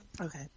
Okay